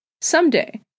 Someday